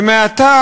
ומעתה,